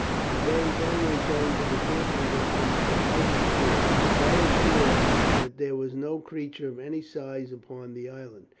and they then returned to the camping ground of the night before, quite assured that there was no creature of any size upon the island.